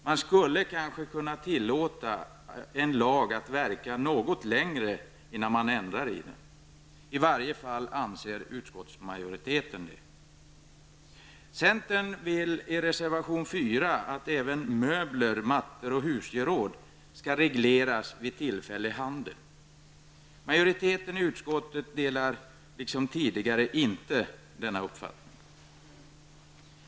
Man skulle kanske tillåta en lag att verka något längre innan man ändrar i den, i varje fall anser utskottsmajoriteten det. Enligt reservation 4 vill centern att även möbler, mattor och husgeråd skall regleras vid tillfällig handel. Majoriteten i utskottet delar, liksom tidigare, inte denna uppfattning.